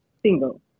single